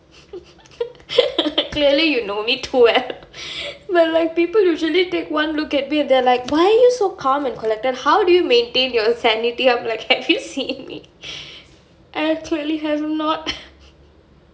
clearly you know me too well but like people usually take one look at me and they like why are you so calm and collected how do you maintain your sanity I'm like have you seen me uh clearly have not